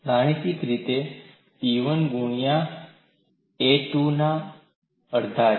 ગાણિતિક રીતે તે P1 ગુણ્યા વ2 ના અડધા છે